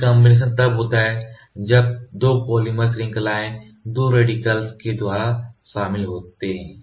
recombination तब होता है जब 2 पॉलीमर श्रृंखलाएं 2 रेडिकल के द्वारा शामिल होते हैं